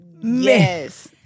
Yes